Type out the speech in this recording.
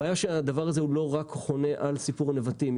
הבעיה שהדבר הזה הוא לא רק חונה על סיפור נבטים.